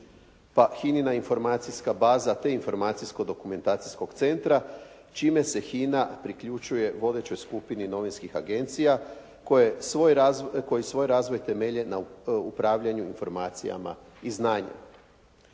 ta HINA-na informacijska baza, tri informacijsko-dokumentacijskog centra čime se HINA priključuje vodećoj skupini novinskih agencija koji svoj razvoj temelje na upravljanju informacijama i znanja.